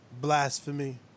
blasphemy